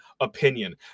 opinion